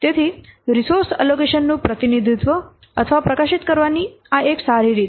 તેથી resource allocation નું પ્રતિનિધિત્વ અથવા પ્રકાશિત કરવાની આ એક સારી રીત છે